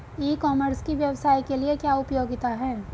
ई commerce की व्यवसाय के लिए क्या उपयोगिता है?